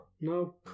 no